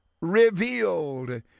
revealed